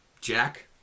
Jack